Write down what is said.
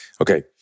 okay